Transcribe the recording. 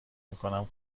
میکنم